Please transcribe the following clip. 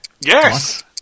Yes